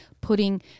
putting